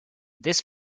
this